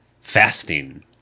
fasting